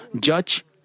judge